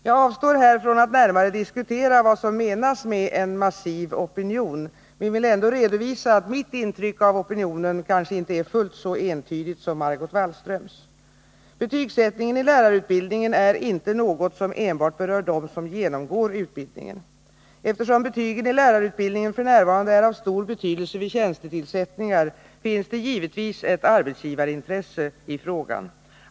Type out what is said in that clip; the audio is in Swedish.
Jag avstår här från att närmare diskutera vad som menas med en ”massiv opinion”, men vill ändå redovisa att mitt intryck av opinionen kanske inte är fullt så entydigt som Margot Wallströms. Betygsättningen i lärarutbildningen är inte något som enbart berör dem som genomgår utbildningen. Eftersom betygen i lärarutbildningen f. n. är av stor betydelse vid tjänstetillsättningar, finns det givetvis ett arbetsgivarintresse i frågan.